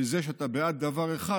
וזה שאתה בעד דבר אחד,